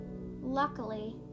Luckily